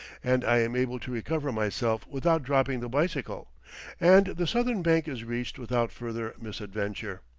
and i am able to recover myself without dropping the bicycle and the southern bank is reached without further misadventure.